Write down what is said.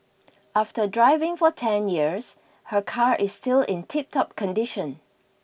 after driving for ten years her car is still in tiptop condition